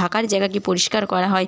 থাকার জায়গাকে পরিষ্কার করা হয়